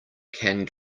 can